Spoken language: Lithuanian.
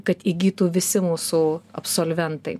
kad įgytų visi mūsų absolventai